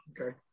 Okay